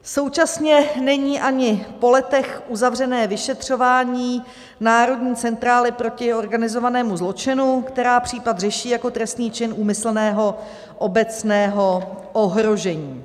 Současně není ani po letech uzavřené vyšetřování Národní centrály proti organizovanému zločinu, která případ řeší jako trestný čin úmyslného obecného ohrožení.